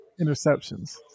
interceptions